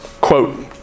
Quote